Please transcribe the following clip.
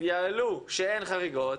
יעלה שאין חריגות,